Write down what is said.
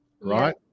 right